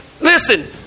Listen